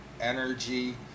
energy